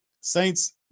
Saints